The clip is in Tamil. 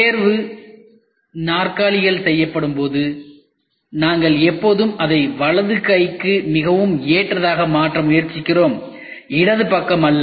தேர்வு நாற்காலிகள் செய்யப்படும்போது நாங்கள் எப்போதும் அதை வலது கைக்கு மிகவும் ஏற்றதாக மாற்ற முயற்சிக்கிறோம் இடது பக்கம் அல்ல